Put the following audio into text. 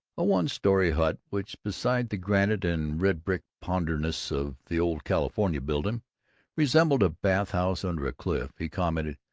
a one-story hut which beside the granite and red-brick ponderousness of the old california building resembled a bath-house under a cliff, he commented,